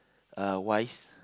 uh wise